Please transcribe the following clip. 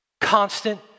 Constant